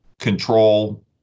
control